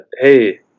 Hey